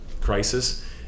crisis